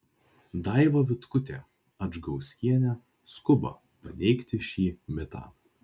daiva vitkutė adžgauskienė skuba paneigti šį mitą